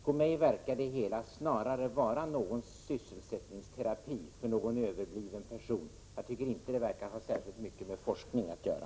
Det verkar på mig snarare som om det var fråga om sysselsättningsterapi för någon överbliven person. Det förefaller inte ha särskilt mycket med forskning att göra.